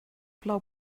plou